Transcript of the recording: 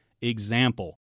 example